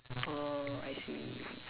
oh I see